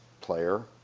player